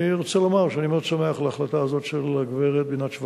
אני רוצה לומר שאני מאוד שמח על ההחלטה הזאת של הגברת בינת שוורץ.